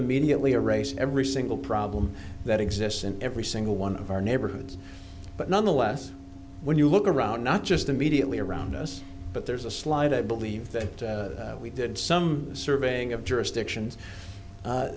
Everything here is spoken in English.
immediately a race every single problem that exists in every single one of our neighborhoods but nonetheless when you look around not just immediately around us but there's a slide i believe that we did some surveying of jurisdictions